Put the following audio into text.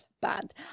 bad